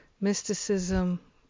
mysticism